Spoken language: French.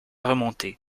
remontée